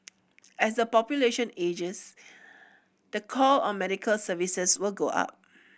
as the population ages the call on medical services will go up